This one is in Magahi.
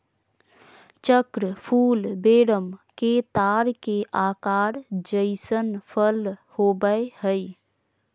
चक्र फूल वेरम के तार के आकार जइसन फल होबैय हइ